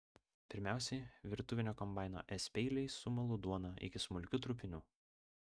pirmiausiai virtuvinio kombaino s peiliais sumalu duoną iki smulkių trupinių